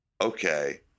okay